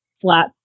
flat